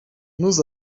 nous